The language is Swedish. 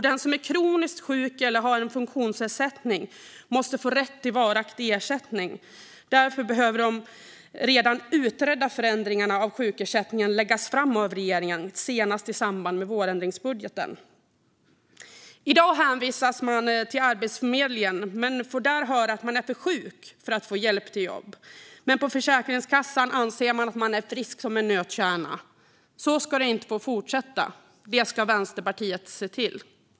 Den som är kroniskt sjuk eller har en funktionsnedsättning måste få rätt till varaktig ersättning. Därför behöver de redan utredda förändringarna av sjukersättningen läggas fram av regeringen senast i samband med vårändringsbudgeten. I dag hänvisas man till Arbetsförmedlingen men får där höra att man är för sjuk för att få hjälp till jobb. Men Försäkringskassan anser att man är frisk som en nötkärna. Så ska det inte få fortsätta; det ska Vänsterpartiet se till.